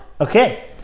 okay